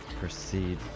proceed